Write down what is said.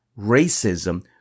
racism